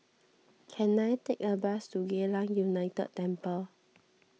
can I take a bus to Geylang United Temple